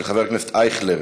של חבר הכנסת אייכלר.